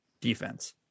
defense